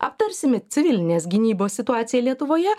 aptarsime civilinės gynybos situaciją lietuvoje